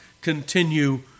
continue